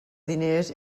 diners